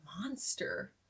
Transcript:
monster